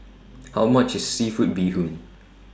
How much IS Seafood Bee Hoon